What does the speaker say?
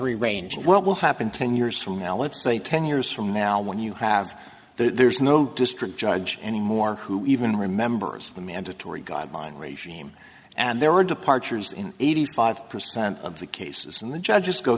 rearrange what will happen ten years from now let's say ten years from now when you have there's no district judge anymore who even remembers the mandatory guideline regime and there were departures in eighty five percent of the cases and the judge